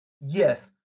Yes